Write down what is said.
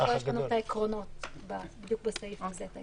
אבל יש לנו את העקרונות הכלליים בדיוק בסעיף הזה.